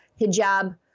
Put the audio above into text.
hijab